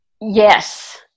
Yes